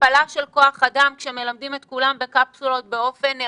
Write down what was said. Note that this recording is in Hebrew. הכפלה של כוח אדם כשמלמדים את כולם בקפסולות באופן רוחבי.